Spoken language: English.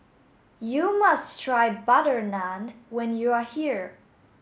you must try butter naan when you are here